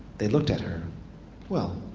they looked at her well,